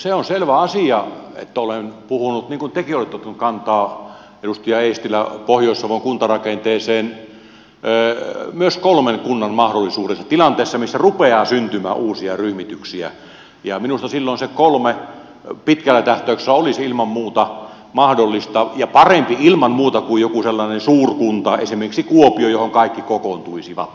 se on selvä asia että olen puhunut niin kuin tekin olette ottanut kantaa edustaja eestilä pohjois savon kuntarakenteeseen myös kolmen kunnan mahdollisuudesta tilanteessa missä rupeaa syntymään uusia ryhmityksiä ja minusta silloin kolme pitkällä tähtäyksellä olisi ilman muuta mahdollinen ja parempi ilman muuta kuin joku sellainen suurkunta esimerkiksi kuopio johon kaikki kokoontuisivat